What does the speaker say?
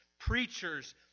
preachers